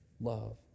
love